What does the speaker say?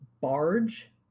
barge